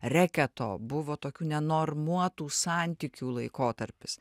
reketo buvo tokių nenormuotų santykių laikotarpis